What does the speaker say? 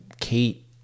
Kate